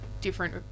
different